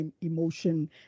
emotion